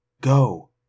Go